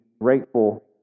grateful